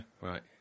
Right